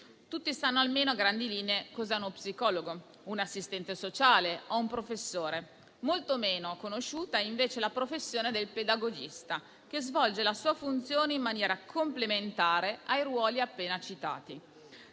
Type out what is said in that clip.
Tutti sanno, almeno a grandi linee, cos'è uno psicologo, un'assistente sociale o un professore. Molto meno conosciuta è invece la professione del pedagogista, che svolge la sua funzione in maniera complementare ai ruoli appena citati.